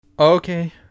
Okay